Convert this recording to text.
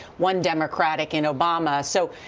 one democratic in obama. so